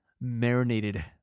marinated